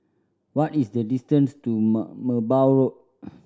what is the distance to Merbau Road